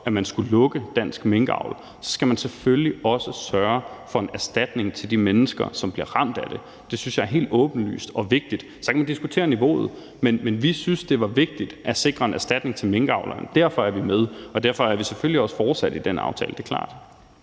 at man skulle lukke dansk minkavl, så skulle vi selvfølgelig også være med til at sørge for en erstatning til de mennesker, som blev ramt af det. Det synes jeg er helt åbenlyst og vigtigt. Så kan man diskutere niveauet, men vi syntes, det var vigtigt at sikre en erstatning til minkavlerne, og derfor var vi med i den aftale, og derfor er vi selvfølgelig også fortsat med i den. Det er klart.